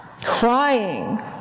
crying